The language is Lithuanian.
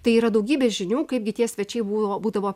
tai yra daugybė žinių kaipgi tie svečiai būvavo būdavo